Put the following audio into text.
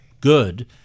good